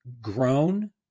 grown